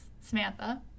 Samantha